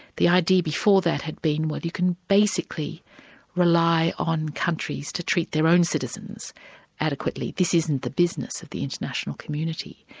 the idea before that had been well you can basically rely on countries to treat their own citizens adequately this isn't the business of the international community.